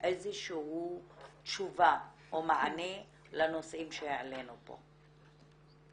איזושהי תשובה או מענה לנושאים שהעלינו פה?